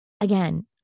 Again